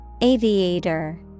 Aviator